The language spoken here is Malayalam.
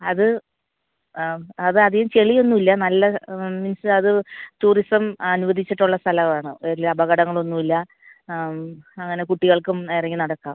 അത് അത് അധികം ചെളിയൊന്നുമില്ല നല്ല മീൻസ് അത് ടൂറിസം അനുവദിച്ചിട്ടുള്ള സ്ഥലമാണ് വലിയ അപകടങ്ങളൊന്നും ഇല്ല അങ്ങനെ കുട്ടികൾക്കും ഇറങ്ങി നടക്കാം